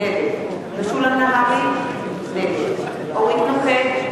נגד משולם נהרי, נגד אורית נוקד,